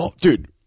Dude